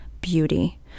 beauty